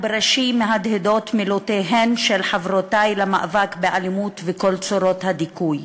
ובראשי מהדהדות מילותיהן של חברותי למאבק באלימות ובכל צורות הדיכוי,